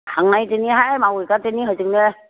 थांनायदिनिहाय मावहैगारनि होजोंनो